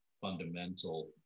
fundamental